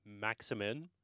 maximum